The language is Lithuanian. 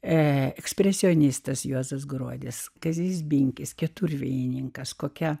ekspresionistas juozas gruodis kazys binkis keturvėjininkas kokia